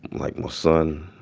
like my son,